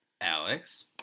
Alex